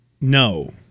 No